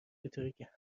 بطوریکه